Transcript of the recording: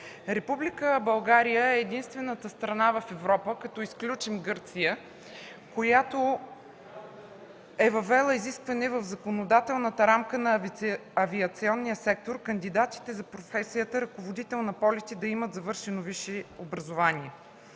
Република България е единствената страна в Европа, като изключим Гърция, която е въвела изискване в законодателната рамка на авиационния сектор кандидатите за професията „Ръководител на полети” да имат завършено висше образование.